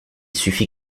suffit